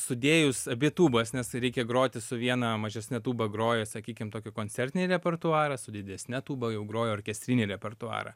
sudėjus abi tūbas nes reikia groti su viena mažesne tūba groji sakykim tokį koncertinį repertuarą su didesne tūba jau groji orkestrinį repertuarą